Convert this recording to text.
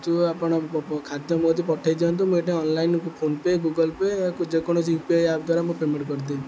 ଯେଉଁ ଆପଣ ଖାଦ୍ୟ ମୋ କତି ପଠାଇ ଦିଅନ୍ତୁ ମୁଁ ଏଇଠି ଅନଲାଇନ୍ ଫୋନ୍ପେ ଗୁଗଲ ପେ ଆ ଯେକୌଣସି ୟୁ ପି ଆଇ ଆପ୍ ଦ୍ୱାରା ମୁଁ ପେମେଣ୍ଟ କରିଦେବି